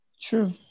True